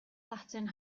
latin